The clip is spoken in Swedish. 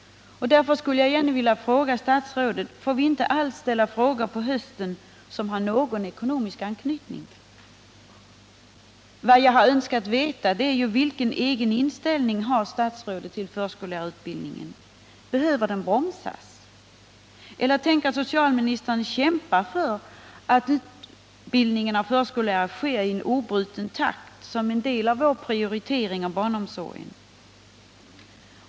Därför skulle jag vilja fråga statsrådet: Får vi inte alls ställa frågor på hösten som har någon ekonomisk anknytning? Vad jag har önskat veta är ju vilken egen inställning statsrådet har till förskollärarutbildningen. Behöver den utbildningen bromsas, eller kommer socialministern att kämpa för att utbildningen av förskollärare sker i en oavbruten takt som en del av vår prioritering av barnomsorgen?